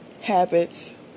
habits